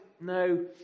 no